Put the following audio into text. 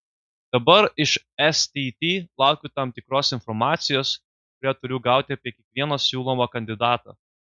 dabar iš stt laukiu tam tikros informacijos kurią turiu gauti apie kiekvieną siūlomą kandidatą